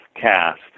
cast